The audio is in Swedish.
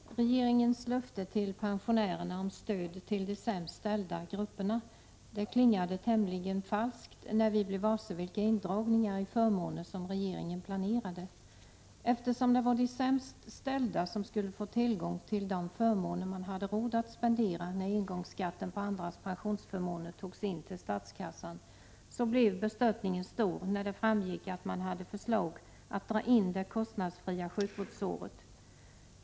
Herr talman! Regeringens löfte till pensionärerna om stöd till de sämst ställda grupperna klingade tämligen falskt när vi blev varse vilka indragningar i förmåner som regeringen planerade. Eftersom det var de sämst ställda som skulle få tillgång till de förmåner man hade råd att spendera, när engångsskatten på andras pensionsförmåner togs in till statskassan, blev bestörtningen stor när det framgick att man hade förslag om att dra in det kostnadsfria sjukvårdsåret.